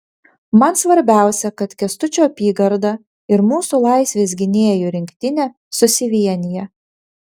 man svarbiausia kad kęstučio apygarda ir mūsų laisvės gynėjų rinktinė susivienija